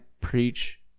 preach